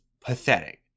pathetic